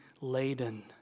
laden